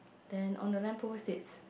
then on the lamp post states